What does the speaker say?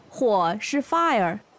火是fire。